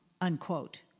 unquote